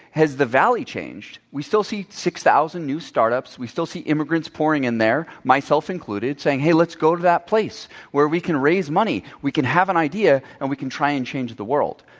has the valley changed? we still see six thousand new startups we still see immigrants pouring in there, myself included, saying, hey, let's go to that place where we can raise money. we can have an idea and we can try and change the world.